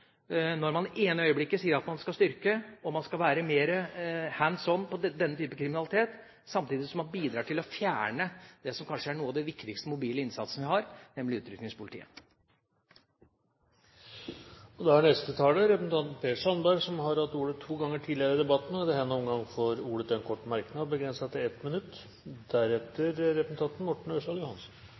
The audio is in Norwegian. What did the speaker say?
når man i det ene øyeblikket sier at man skal styrke innsatsen og være mer «hands on» når det gjelder denne typen kriminalitet, samtidig som man bidrar til å fjerne det som kanskje er noe av den viktigst mobile innsatsen vi har, nemlig Utrykningspolitiet. Per Sandberg har hatt ordet to ganger og får ordet til en kort merknad, begrenset til 1 minutt.